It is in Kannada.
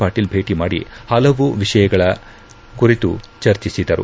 ಪಾಟೀಲ್ ಭೇಟಿ ಮಾದಿ ಹಲವು ವಿಷಯಗಳ ಕುರಿತು ಚರ್ಚಿಸಿದರು